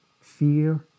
Fear